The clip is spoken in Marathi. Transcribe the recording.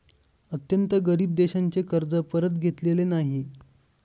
अत्यंत गरीब देशांचे कर्ज परत घेतलेले नाही